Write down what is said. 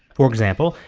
for example,